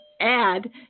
add